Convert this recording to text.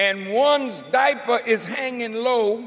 and one's diaper is hanging low